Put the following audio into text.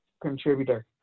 contributor